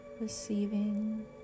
receiving